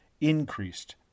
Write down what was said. increased